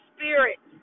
Spirit